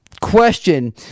question